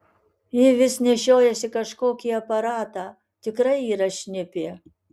ji vis nešiojasi kažkokį aparatą tikrai yra šnipė